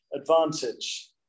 advantage